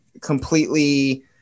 completely